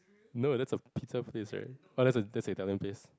no that's a pizza place right uh that's a that's a Italian place